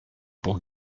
pour